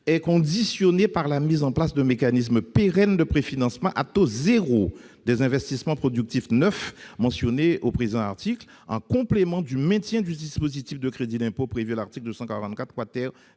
est conditionnée par la mise en place d'un mécanisme pérenne de préfinancement à taux zéro des investissements productifs neufs mentionnés au présent article en complément du maintien du dispositif de crédit d'impôt prévu à l'article 244 W